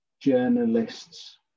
journalists